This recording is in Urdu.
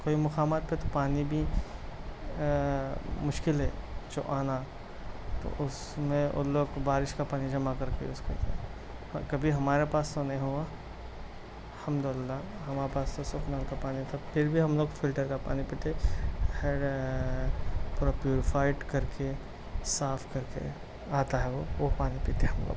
کئی مقامات پر تو پانی بھی آ مشکل ہے جو آنا تو اُس میں اُن لوگ کو بارش کا پانی جمع کر کے اُس کو کبھی ہمارے پاس تو نہیں ہُوا الحمد اللہ ہمارے پاس تو سب نل کا پانی تھا پھر بھی ہم لوگ فلٹر کا پانی پیتے تھوڑا پیوریفائڈ کر کے صاف کر کے آتا ہے وہ وہ پانی پیتے ہم لوگ